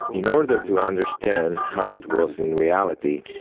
in order to understand how it was in reality.